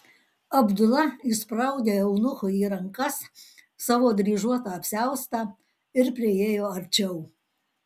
abdula įspraudė eunuchui į rankas savo dryžuotą apsiaustą ir priėjo arčiau